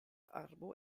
arbo